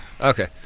Okay